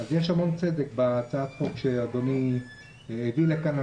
יש המון צדק בהצעת החוק שחבר הכנסת אשר הביא לכאן.